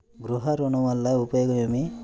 గృహ ఋణం వల్ల ఉపయోగం ఏమి?